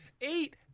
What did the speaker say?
Eight